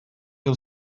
yıl